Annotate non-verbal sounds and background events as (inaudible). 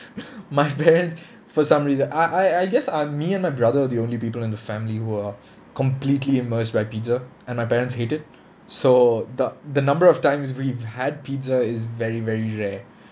my parents (laughs) for some reason I I I guess I'm me and my brother are the only people in the family who are completely immersed by pizza and my parents hate it so the the number of times we've had pizza is very very rare